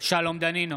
שלום דנינו